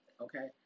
Okay